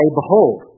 behold